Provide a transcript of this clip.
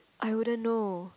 I wouldn't know